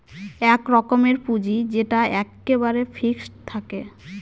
এক রকমের পুঁজি যেটা এক্কেবারে ফিক্সড থাকে